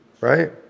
right